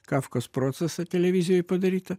kafkos procesą televizijoj padarytą